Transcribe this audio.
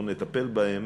לא נטפל בהם,